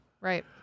Right